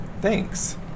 thanks